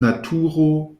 naturo